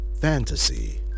fantasy